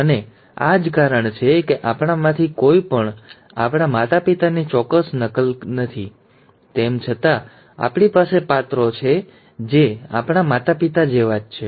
અને આ જ કારણ છે કે આપણામાંથી કોઈ પણ આપણા માતાપિતાની ચોક્કસ નકલ નથી તેમ છતાં આપણી પાસે પાત્રો છે જે આપણા માતાપિતા જેવા જ છે